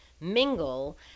mingle